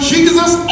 Jesus